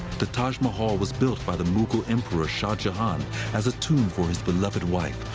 the taj mahal was built by the mughal emperor shah jahan as a tomb for his beloved wife,